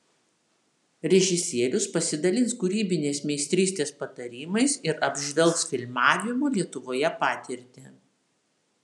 režisierius pasidalins kūrybinės meistrystės patarimais ir apžvelgs filmavimo lietuvoje patirtį